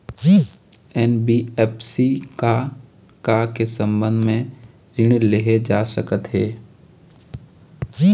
NBFC से का का के संबंध म ऋण लेहे जा सकत हे?